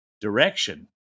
direction